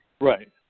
right